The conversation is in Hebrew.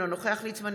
אינו נוכח יעקב ליצמן,